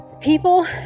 people